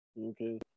Okay